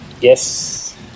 Yes